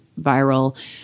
viral